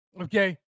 Okay